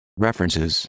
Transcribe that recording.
References